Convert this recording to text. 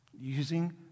using